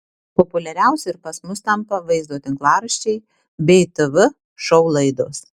populiariausi ir pas mus tampa vaizdo tinklaraščiai bei tv šou laidos